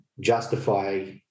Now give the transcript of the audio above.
justify